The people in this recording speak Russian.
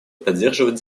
поддерживать